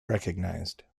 recognised